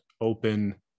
open